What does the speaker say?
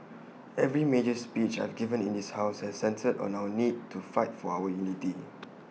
every major speech I've given in this house has centred on our need to fight for our unity